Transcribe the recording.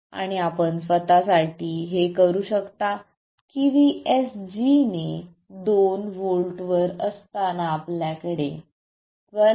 आणि आपण स्वत साठी हे करू शकता की VSG ने 2 व्होल्टवर असताना आपल्याकडे 12